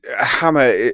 Hammer